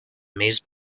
miss